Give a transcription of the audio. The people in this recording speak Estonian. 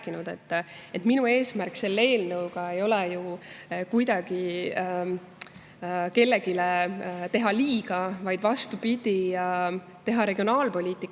Meie eesmärk selle eelnõuga ei ole ju kuidagi kellelegi teha liiga, vaid vastupidi, teha regionaalpoliitikat